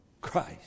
Christ